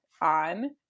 on